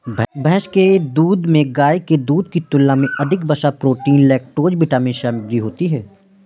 भैंस के दूध में गाय के दूध की तुलना में अधिक वसा, प्रोटीन, लैक्टोज विटामिन सामग्री होती है